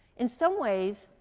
in some ways,